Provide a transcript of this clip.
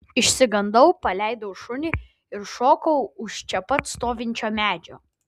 išsigandau paleidau šunį ir šokau už čia pat stovinčio medžio